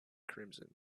crimson